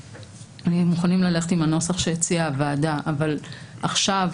בהחלט מוכנים ללכת עם הנוסח שהציעה הוועדה אבל עכשיו,